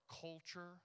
culture